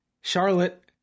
Charlotte